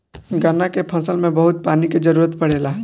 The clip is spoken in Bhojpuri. गन्ना के फसल में बहुत पानी के जरूरत पड़ेला